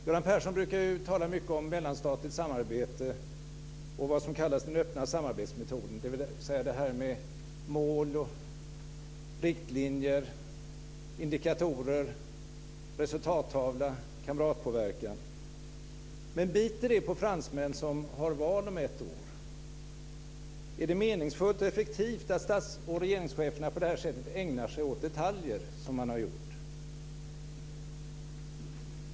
Göran Persson brukar tala mycket som mellanstatligt samarbete och vad som kallas den öppna samarbetsmetoden, dvs. mål, riktlinjer, indikatorer, resultattavla och kamratpåverkan. Men biter det på fransmän som har val om ett år? Är det meningsfullt och effektivt att stats och regeringscheferna på detta sätt ägnar sig åt detaljer som man här har gjort?